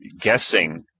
guessing